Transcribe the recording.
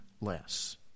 less